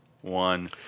one